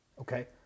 okay